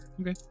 Okay